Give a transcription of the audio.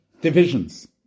divisions